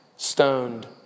stoned